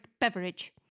beverage